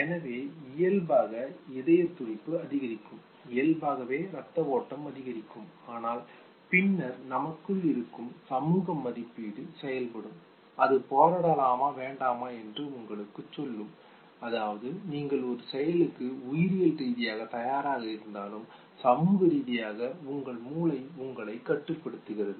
எனவே இயல்பாக இதயத் துடிப்பு அதிகரிக்கும் இயல்பாகவே இரத்த ஓட்டம் அதிகரிக்கும் ஆனால் பின்னர் நமக்குள் இருக்கும் சமூக மதிப்பீடு செயல்படும் அது போராடலாமா வேண்டாமா என்று உங்களுக்கு சொல்லும் அதாவது நீங்கள் ஒரு செயலுக்கு உயிரியல் ரீதியாக தயாராக இருந்தாலும் சமூக ரீதியாக உங்கள் மூளை உங்களை கட்டுப்படுத்துகிறது